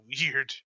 weird